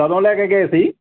ਕਦੋਂ ਲੈ ਕੇ ਗਏ ਸੀ